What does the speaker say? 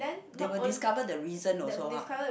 they will discover the reason also ha